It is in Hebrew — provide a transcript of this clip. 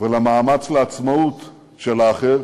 ולמאמץ לעצמאות של האחר,